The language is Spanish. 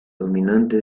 dominante